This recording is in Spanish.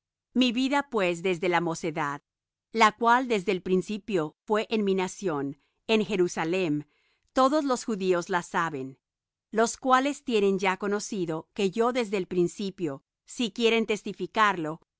mi vida pues desde la mocedad la cual desde el principio fué en mi nación en jerusalem todos los judíos la saben los cuales tienen ya conocido que yo desde el principio si quieren testificarlo